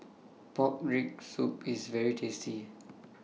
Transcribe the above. Pork Rib Soup IS very tasty